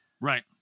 Right